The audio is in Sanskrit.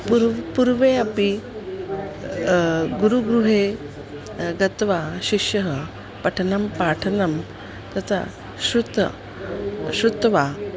पूर्वं पूर्वम् अपि गुरुगृहे गत्वा शिष्यः पठनं पाठनं तथा श्रुत्वा श्रुत्वा